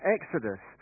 Exodus